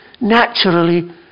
naturally